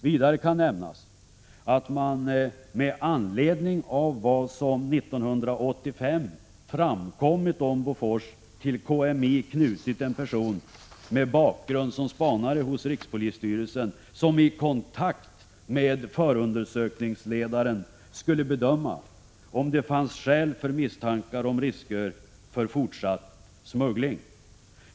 Vidare kan nämnas att man, med anledning av vad som 1985 framkommit om Bofors, till KMI knutit en person med bakgrund som spanare hos rikspolisstyrelsen, som i kontakt med förundersökningsledaren skulle bedöma om det fanns skäl för misstankar om risker för fortsatt smuggling.